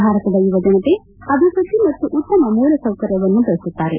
ಭಾರತದ ಯುವಜನತೆ ಅಭಿವೃದ್ದಿ ಮತ್ತು ಉತ್ತಮ ಮೂಲ ಸೌಕರ್ಯವನ್ನು ಬಯಸುತ್ತಾರೆ